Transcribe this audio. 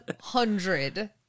hundred